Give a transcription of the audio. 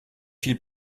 viel